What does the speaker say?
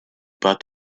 about